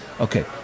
Okay